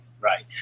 right